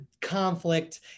conflict